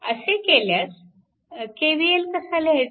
असे केल्यास KVL कसा लिहायचा